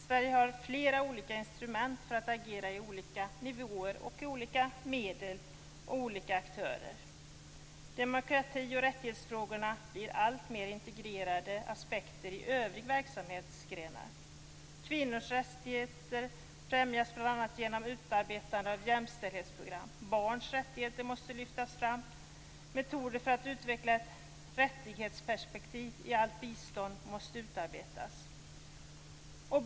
Sverige har flera olika instrument, olika medel och olika aktörer för att agera på olika nivåer. Demokrati och rättighetsfrågorna blir alltmer integrerade aspekter i övriga verksamhetsgrenar. Kvinnornas rättigheter främjas bl.a. genom utarbetande av jämställdhetsprogram. Barns rättigheter måste lyftas fram. Metoder för att utveckla ett rättighetsperspektiv i allt bistånd måste utarbetas.